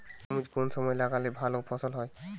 তরমুজ কোন সময় লাগালে ভালো ফলন হয়?